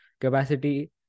capacity